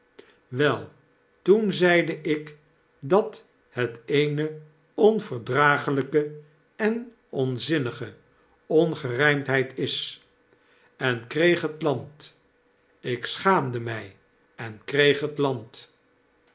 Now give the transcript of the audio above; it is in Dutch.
wei toen zeide ik dat het eene onverdraaglyke en onzinnige ongerijmdheid is en kreeg set land ik schaamdemij en kreeg het land